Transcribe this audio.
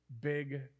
big